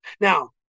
Now